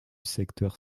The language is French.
secteur